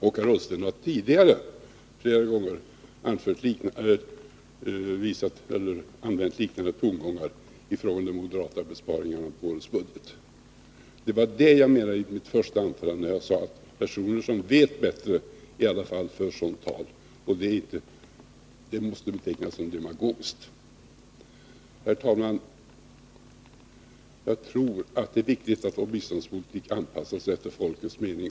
Och herr Ullsten har tidigare flera gånger använt liknande tongångar i fråga om de moderata besparingarna i årets budget. Det var det jag menade i mitt första anförande, när jag talade om att personer som vet bättre i alla fall för sådant tal. Det måste betecknas som demagogiskt. Herr talman! Jag tror att det är viktigt att vår biståndspolitik anpassas också efter folkets mening.